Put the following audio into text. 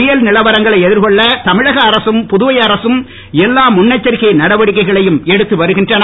புயல் நிலவரங்களை எதிர்கொள்ள தமிழக அரசும் புதுவை அரசும் எல்லா முன்எச்சரிக்கை நடவடிக்கைகளையும் எடுத்து வருகின்றன